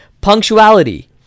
Punctuality